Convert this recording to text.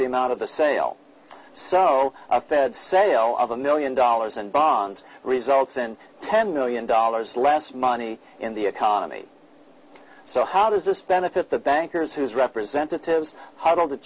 the amount of the sale so a fed sale of a million dollars and bonds results and ten million dollars less money in the economy so how does this benefit the bankers whose representatives hoddle the